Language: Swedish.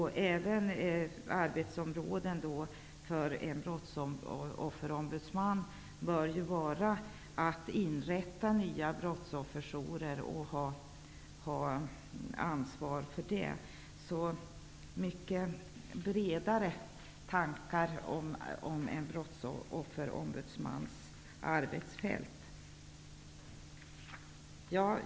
Ett arbetsområde för en brottsofferombudsman bör vara att inrätta nya brottsofferjourer och ha ansvar för det. Så vi har mycket bredare tankar om en brottsofferombudsmans arbetsfält.